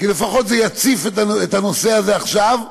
כי לפחות זה יציף את הנושא הזה עכשיו,